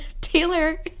Taylor